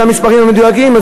זה המספרים המדויקים,